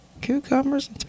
cucumbers